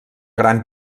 gran